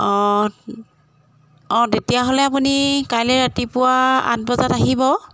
অঁ অঁ তেতিয়াহ'লে আপুনি কাইলৈ ৰাতিপুৱা আঠ বজাত আহিব